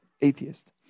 atheist